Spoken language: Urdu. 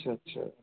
اچھا اچھا